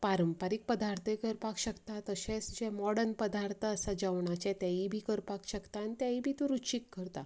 पारंपारीक पदार्थूय करपाक शकता तशेंच जे मोडर्न पदार्थ आसा जवणाचे तेय बी करपाक शकता आनी तेंय बी तूं रुचीक करता